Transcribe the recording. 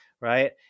right